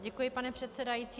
Děkuji, pane předsedající.